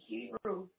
Hebrew